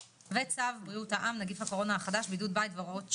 וצו בריאות העם (נגיף הקורונה החדש) (בידוד בית והוראות שונות)